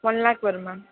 one lakh வரும் ma'am